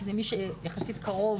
כי זה מי שיחסית קרוב